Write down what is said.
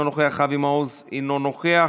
אינו נוכח, אבי מעוז, אינו נוכח,